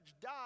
died